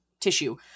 tissue-